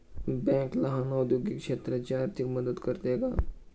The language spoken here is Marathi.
बँक लहान औद्योगिक क्षेत्राची आर्थिक मदत करते का?